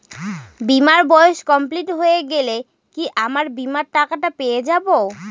বীমার বয়স কমপ্লিট হয়ে গেলে কি আমার বীমার টাকা টা পেয়ে যাবো?